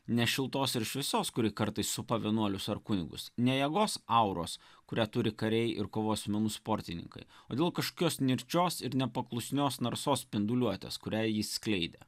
ne šiltos ir šviesios kuri kartais supa vienuolius ar kunigus ne jėgos auros kurią turi kariai ir kovos menų sportininkai o dėl kažkokios nirčios ir nepaklusnios narsos spinduliuotės kurią jis skleidė